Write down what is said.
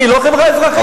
אני לא חברה אזרחית?